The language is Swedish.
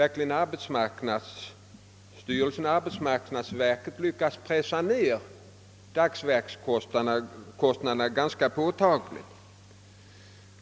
Under de senaste åren har arbetsmarknadsstyrelsen lyckats pressa ned dagsverkskostnaderna ganska påtagligt.